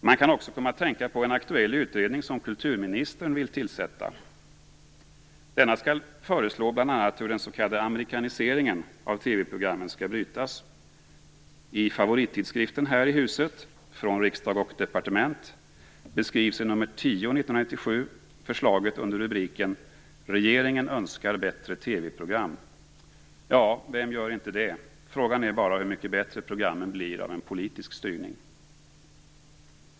Man kan också komma att tänka på en aktuell utredning som kulturministern vill tillsätta. Denna skall bl.a. föreslå hur den s.k. amerikaniseringen av TV programmen skall brytas. I favorittidskriften här i huset, Från Riksdag & Departement, beskrivs förslaget i nr 10/1997 under rubriken "Regeringen önskar bättre TV-program". Ja, vem gör inte det? Frågan är bara hur mycket bättre programmen blir av en politisk styrning.